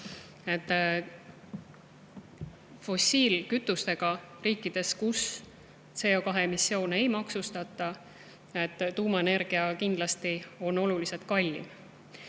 [kasutavates] riikides, kus CO2emissioone ei maksustata, on tuumaenergia kindlasti oluliselt kallim.